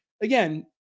again